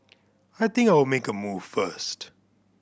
I think I'll make a move first